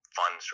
fun